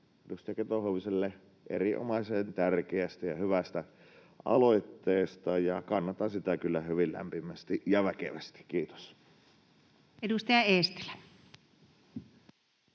edustaja Keto-Huoviselle erinomaisen tärkeästä ja hyvästä aloitteesta, ja kannatan sitä kyllä hyvin lämpimästi ja väkevästi. — Kiitos. Edustaja Eestilä.